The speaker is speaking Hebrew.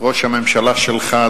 ראש הממשלה שלך,